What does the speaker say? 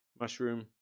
mushroom